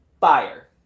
fire